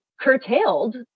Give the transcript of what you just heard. curtailed